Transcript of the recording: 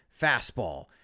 fastball